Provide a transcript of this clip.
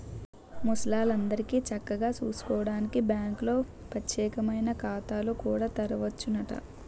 ముసలాల్లందరికీ చక్కగా సూసుకోడానికి బాంకుల్లో పచ్చేకమైన ఖాతాలు కూడా తెరవచ్చునట